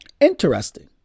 interesting